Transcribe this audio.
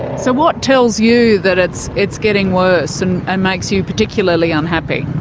so what tells you that it's it's getting worse and ah makes you particularly unhappy?